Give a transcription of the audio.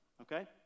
Okay